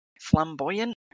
flamboyant